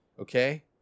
Okay